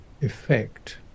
effect